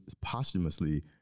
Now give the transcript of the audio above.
posthumously